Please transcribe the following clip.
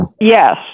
Yes